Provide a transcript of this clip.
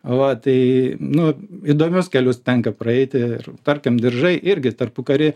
va tai nu įdomius kelius tenka praeiti ir tarkim diržai irgi tarpukary